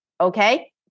Okay